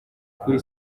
kuri